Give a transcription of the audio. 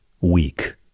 weak